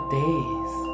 days